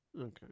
Okay